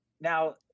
Now